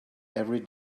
every